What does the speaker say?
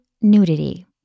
nudity